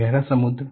गहरा समुद्र